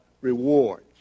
rewards